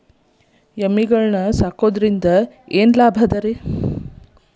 ಎಮ್ಮಿಗಳು ಸಾಕುವುದರಿಂದ ಏನು ಲಾಭ?